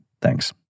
Thanks